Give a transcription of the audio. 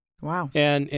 Wow